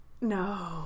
No